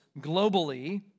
globally